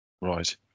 Right